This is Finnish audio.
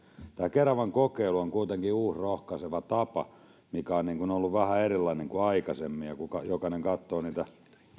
keravan kokeilu on kuitenkin uusi rohkaiseva tapa mikä on ollut vähän erilainen kuin aikaisemmin ja kun jokainen katsoo niitä